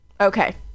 Okay